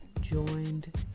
joined